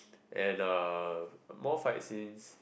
and uh more fight scenes